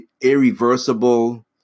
irreversible